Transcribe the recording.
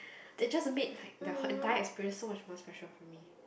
that just made like the entire experience so much more special for me